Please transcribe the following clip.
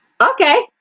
Okay